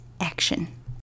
Action